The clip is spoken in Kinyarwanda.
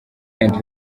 and